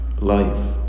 life